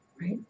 right